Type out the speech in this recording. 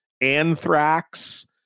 Anthrax